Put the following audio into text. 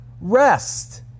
Rest